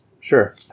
Sure